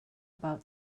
about